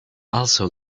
also